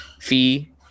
fee